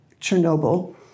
Chernobyl